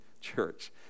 church